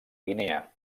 guinea